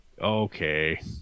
okay